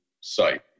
site